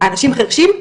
אנשים חרשים?